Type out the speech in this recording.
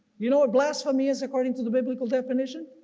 you know a blasphemy is according to the biblical definition?